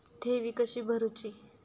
ठेवी कशी भरूची?